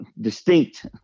distinct